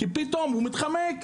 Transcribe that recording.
כי פתאום הוא מתחמק,